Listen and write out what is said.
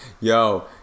Yo